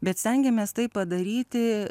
bet stengiamės tai padaryti